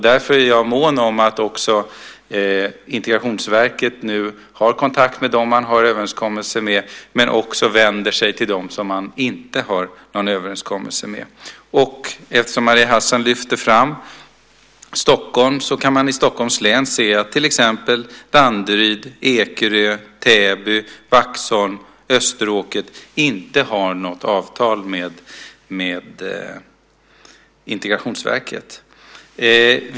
Därför är jag mån om att också Integrationsverket nu har kontakt med dem man har överenskommelser med men också vänder sig till dem som man inte har någon överenskommelse med. Maria Hassan lyfter fram Stockholm, och i Stockholms län kan man se att till exempel Danderyd, Ekerö, Täby, Vaxholm och Österåker inte har något avtal med Integrationsverket.